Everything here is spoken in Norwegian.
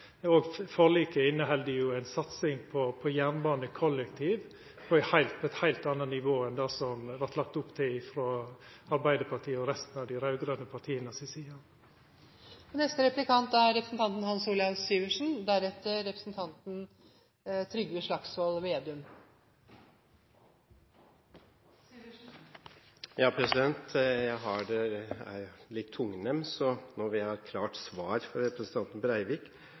at forliket inneheld ei satsing på jernbane, på kollektiv, på eit heilt anna nivå enn det som det vart lagt opp til frå Arbeidarpartiet og resten av dei raud-grøne partia si side. Jeg er litt tungnem, så nå vil jeg ha et klart svar fra representanten Breivik.